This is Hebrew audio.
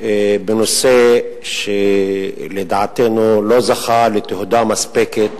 בנושא שלדעתנו לא זכה לתהודה מספקת